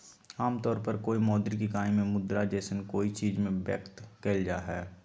आमतौर पर कोय मौद्रिक इकाई में मुद्रा जैसन कोय चीज़ में व्यक्त कइल जा हइ